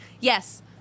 Yes